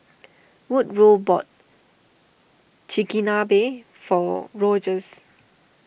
Woodrow bought Chigenabe for Rogers